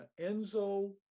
Enzo